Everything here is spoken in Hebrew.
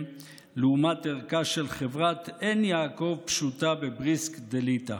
לעומת ערכה של חברת 'עין יעקב' פשוטה בבריסק דליטא.